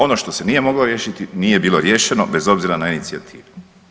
Ono što se nije moglo riješiti nije bilo riješeno bez obzira na inicijativu.